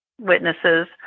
witnesses